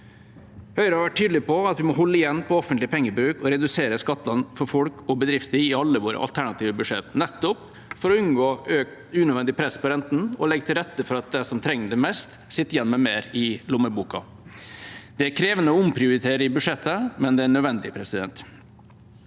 Høyre har vært tydelig på at vi må holde igjen på offentlig pengebruk og redusere skattene for folk og bedrifter i alle våre alternative budsjetter, nettopp for å unngå økt unødvendig press på rentene og legge til rette for at de som trenger det mest, sitter igjen med mer i lommeboka. Det er krevende å omprioritere i budsjettet, men det er nødvendig. Samtidig